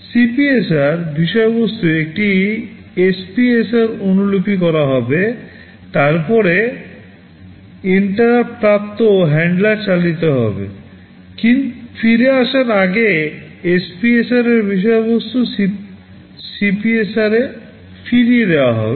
CPSR বিষয়বস্তু একটি SPSR অনুলিপি করা হবে তারপরে INTERRUPTপ্রাপ্ত হ্যান্ডলার চালিত হবে ফিরে আসার আগে SPSR এর বিষয়বস্তু CPSRএ ফিরিয়ে দেওয়া হবে